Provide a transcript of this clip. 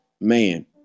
Man